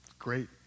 great